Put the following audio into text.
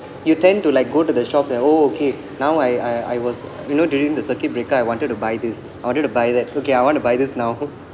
you tend to like go to the shop and oh okay now I I I was you know during the circuit breaker I wanted to buy this I wanted to buy that okay I want to buy this now